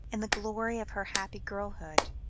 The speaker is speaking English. in the glory of her happy girlhood.